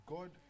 God